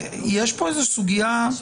יש כאן איזו סוגיה.